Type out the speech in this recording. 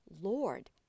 Lord